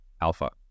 alpha